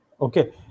Okay